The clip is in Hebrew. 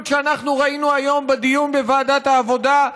שאנחנו ראינו היום בדיון בוועדת העבודה,